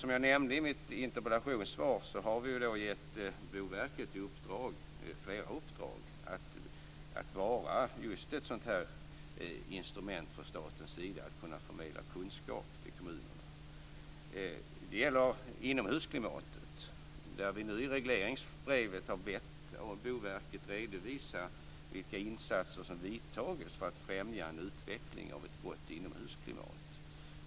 Som jag nämnde i mitt interpellationssvar har vi gett Boverket flera uppdrag att vara just ett sådant instrument från statens sida att kunna förmedla kunskap till kommunerna. Det gäller inomhusklimatet, där vi nu i regleringsbrevet har bett Boverket redovisa vilka insatser som görs för att främja en utveckling av ett gott inomhusklimat.